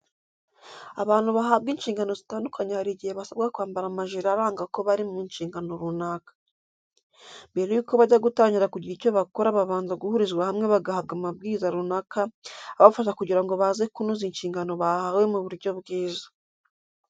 Abantu bahabwa inshingano zitandukanye hari igihe basabwa kwambara amajiri aranga ko bari mu nshingano runaka. Mbere y'uko bajya gutangira kugira icyo bakora babanza guhurizwa hamwe bagahabwa amabwiriza runaka abafasha kugirango baze kunoza inshingano bahawe mu buryo bwiza.